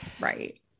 Right